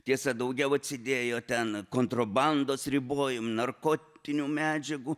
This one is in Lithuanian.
tiesa daugiau atsidėjo ten kontrabandos ribojimo narkotinių medžiagų